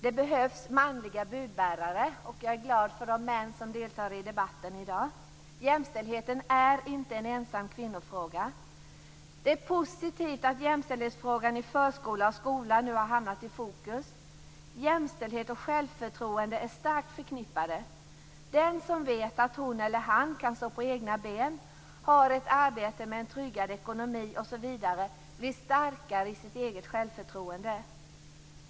Det behövs manliga budbärare. Jag är glad för de män som deltar i debatten i dag. Jämställdheten är inte enbart en kvinnofråga. Det är positivt att jämställdhetsfrågan i förskola och skola nu har hamnat i fokus. Jämställdhet och självförtroende är starkt förknippade. Den som vet att hon eller han kan stå på egna ben, har ett arbete med tryggad ekonomi osv. blir starkare i sitt eget självförtroende.